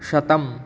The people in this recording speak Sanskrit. शतं